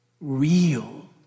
real